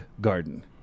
garden